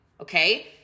okay